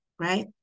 right